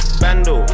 bando